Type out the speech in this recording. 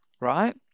right